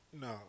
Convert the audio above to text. No